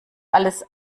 alles